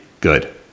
good